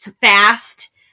fast